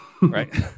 right